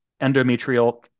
endometrial